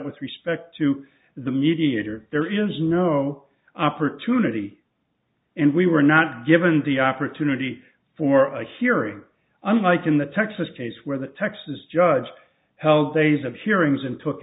with respect to the mediator there is no opportunity and we were not given the opportunity for a hearing unlike in the texas case where the texas judge held days of hearings and took